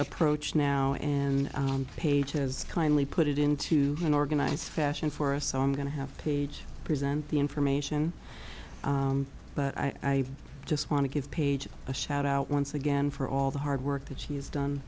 approach now and pages kindly put it into an organized fashion for us so i'm going to have page present the information but i just want to give page a shout out once again for all the hard work that she has done